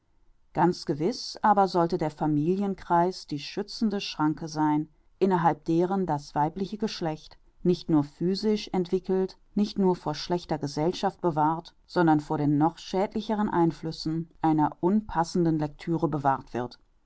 ganz gewiß aber sollte der familienkreis die schützende schranke sein innerhalb deren das weibliche geschlecht nicht nur physisch entwickelt nicht nur vor schlechter gesellschaft bewahrt sondern vor den noch schädlicheren einflüssen einer unpassenden lecture bewahrt wird